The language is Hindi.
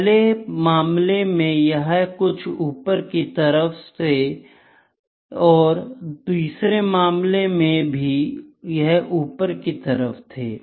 पहले मामले में यह कुछ ऊपर की तरफ से और तीसरे मामले में भी यह ऊपर की तरफ थे